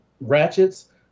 ratchets